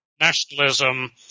nationalism